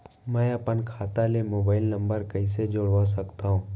मैं अपन खाता ले मोबाइल नम्बर कइसे जोड़वा सकत हव?